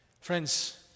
Friends